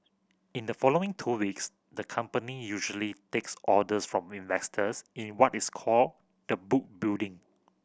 in the following two weeks the company usually takes orders from investors in what is called the book building